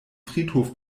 friedhof